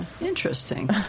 Interesting